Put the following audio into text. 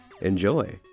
Enjoy